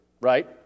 Right